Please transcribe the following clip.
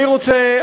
אני רוצה,